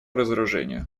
разоружению